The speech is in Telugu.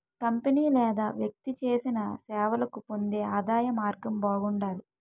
కంపెనీ లేదా వ్యక్తి చేసిన సేవలకు పొందే ఆదాయం మార్గం బాగుండాలి